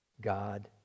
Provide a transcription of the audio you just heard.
God